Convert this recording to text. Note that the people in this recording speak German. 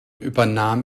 übernahm